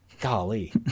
golly